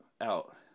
out